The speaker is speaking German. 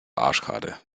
arschkarte